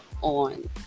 on